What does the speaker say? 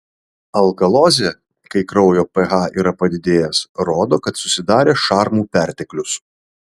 alkalozė kai kraujo ph yra padidėjęs rodo kad susidarė šarmų perteklius